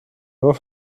nur